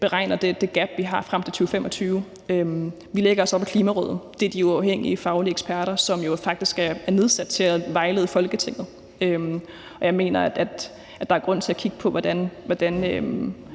beregner det gap, vi har frem til 2025. Vi lægger os op ad Klimarådet, som er de uafhængige faglige eksperter, som jo faktisk er nedsat til at vejlede Folketinget. Og jeg mener, at der er grund til at kigge på, hvordan